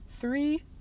three